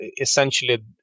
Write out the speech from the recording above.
essentially